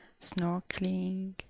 snorkeling